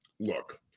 look